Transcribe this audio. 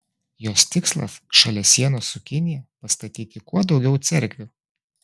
jos tikslas šalia sienos su kinija pastatyti kuo daugiau cerkvių